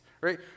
right